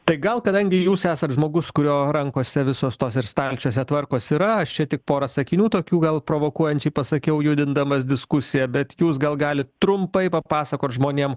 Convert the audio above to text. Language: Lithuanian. tai gal kadangi jūs esat žmogus kurio rankose visos tos ir stalčiuose tvarkosi ir aš čia tik porą sakinių tokių gal provokuojančiai pasakiau judindamas diskusiją bet jūs gal galit trumpai papasakot žmonėm